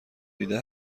دیده